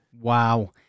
Wow